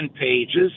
pages